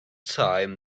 time